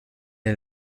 est